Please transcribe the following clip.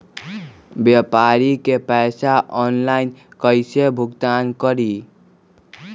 व्यापारी के पैसा ऑनलाइन कईसे भुगतान करी?